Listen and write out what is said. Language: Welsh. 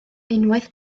unwaith